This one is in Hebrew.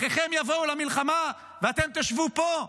אחיכם יבואו למלחמה, ואתם תשבו פה?